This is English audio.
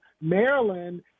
Maryland